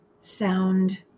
sound